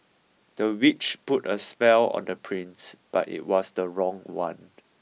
the witch put a spell on the prince but it was the wrong one